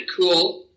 cool